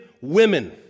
women